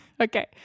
Okay